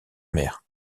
mer